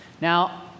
Now